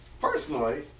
personally